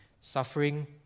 suffering